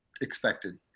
expected